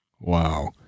Wow